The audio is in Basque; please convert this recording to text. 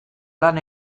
lan